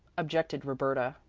objected roberta.